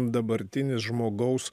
dabartinis žmogaus